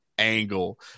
angle